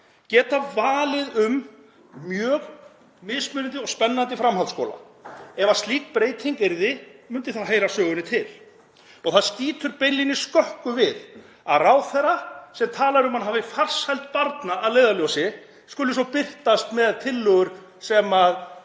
getað valið um mjög mismunandi og spennandi framhaldsskóla. Ef slík breyting yrði myndi það heyra sögunni til. Það skýtur beinlínis skökku við að ráðherra sem talar um að hann hafi farsæld barna að leiðarljósi skuli svo birtast með tillögur sem